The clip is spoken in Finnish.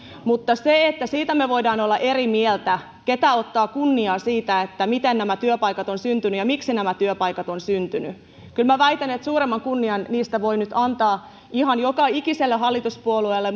mutta siitä me voimme olla eri mieltä ketkä ottavat kunnian siitä miten nämä työpaikat ovat syntyneet ja miksi nämä työpaikat ovat syntyneet kyllä minä väitän että suurimman kunnian niistä voi nyt antaa ihan joka ikiselle hallituspuolueelle